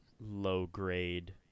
low-grade